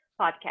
podcast